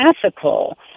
classical